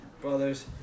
brothers